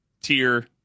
tier